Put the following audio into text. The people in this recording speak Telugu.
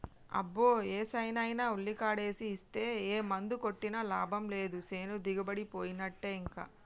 అబ్బో ఏసేనైనా ఉల్లికాడేసి ఇస్తే ఏ మందు కొట్టినా లాభం లేదు సేను దిగుబడిపోయినట్టే ఇంకా